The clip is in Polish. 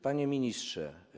Panie Ministrze!